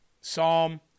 Psalm